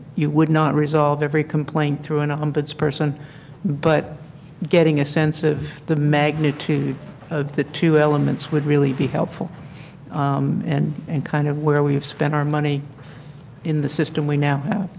you would not resolve every complaint through an ombudsman's um but person but getting a sense of the magnitude of the two elements would really be helpful and and kind of where we have spent our money in the system we now have.